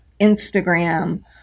Instagram